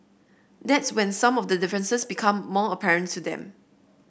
that's when some of the differences become more apparent to them